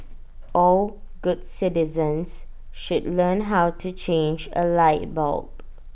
all good citizens should learn how to change A light bulb